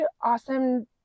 awesome